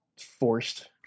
forced